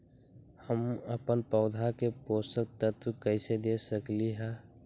हम अपन पौधा के पोषक तत्व कैसे दे सकली ह?